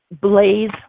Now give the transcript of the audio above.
Blaze